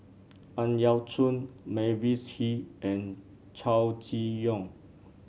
Ang Yau Choon Mavis Hee and Chow Chee Yong